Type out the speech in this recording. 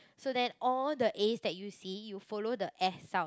so then all the A's that you see you follow the A sound